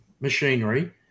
machinery